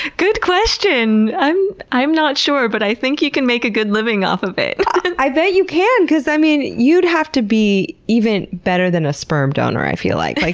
good question! i'm i'm not sure, but i think you can make a good living off of it. i bet you can, because i mean, you'd have to be even better than a sperm donor, i feel like. like,